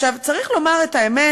עכשיו, צריך לומר את האמת.